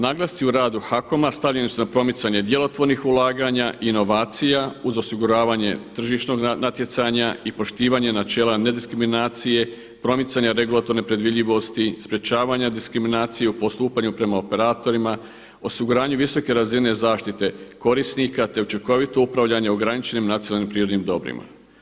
Naglasci u radu HAKOM-a stavljeni su na promicanje djelotvornih ulaganja, inovacija uz osiguravanje tržišnog natjecanja i poštivanje načela nediskriminacije, promicanja regulatorne predvidljivosti, sprječavanje diskriminacije u postupanju prema operatorima, osiguranje visoke razine zaštite korisnika, te učinkovito upravljanje ograničenim nacionalnim prirodnim dobrima.